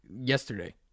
yesterday